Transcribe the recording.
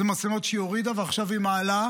אלה מצלמות שהיא הורידה, ועכשיו היא מעלה.